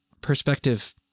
perspective